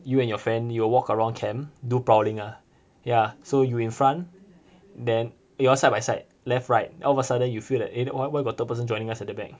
you and your friend you will walk around camp do prowling ah ya so u in front then you all side by side left right then all of a sudden you feel that eh why why got third person joining us at the back